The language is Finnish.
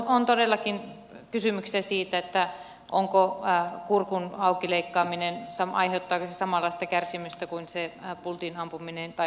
on todellakin kysymyksiä siitä aiheuttaako kurkun auki leikkaaminen samanlaista kärsimystä kuin se pultin ampuminen tai päinvastoin